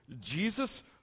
Jesus